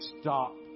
stop